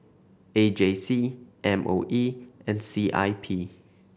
A J C M O E and C I P